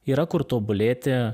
yra kur tobulėti